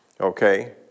Okay